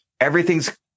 Everything's